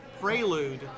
prelude